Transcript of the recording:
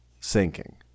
sinking